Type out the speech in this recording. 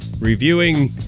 reviewing